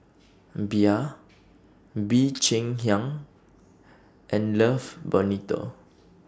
Bia Bee Cheng Hiang and Love Bonito